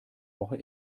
woche